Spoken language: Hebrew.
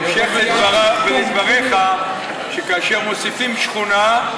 בהמשך לדבריך, שכאשר מוסיפים שכונה,